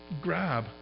grab